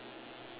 ya